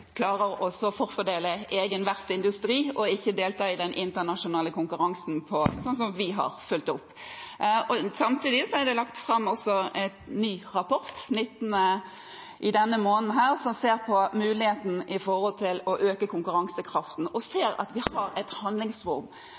klarer man å forfordele egen verftsindustri og ikke delta i den internasjonale konkurransen, sånn som vi har fulgt opp. Samtidig er det lagt fram en ny rapport i denne måneden som ser på muligheten for å øke konkurransekraften og ser at vi har et handlingsrom.